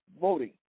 voting